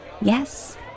Yes